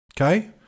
Okay